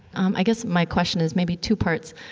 um, i guess my question is maybe two parts.